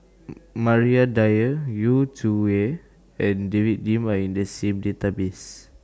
Maria Dyer Yu Zhuye and David Lim Are in The same Database